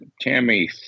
Tammy